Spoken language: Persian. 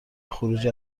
خروج